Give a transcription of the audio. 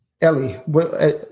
Ellie